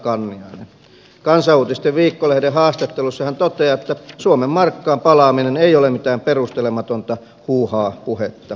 kansan uutisten viikkolehden haastattelussa hän toteaa että suomen markkaan palaaminen ei ole mitään perustelematonta huuhaa puhetta